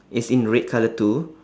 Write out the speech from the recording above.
is in red colour too